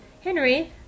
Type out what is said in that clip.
Henry